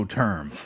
term